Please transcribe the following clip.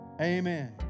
amen